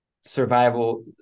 survival